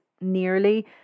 nearly